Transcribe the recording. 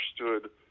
understood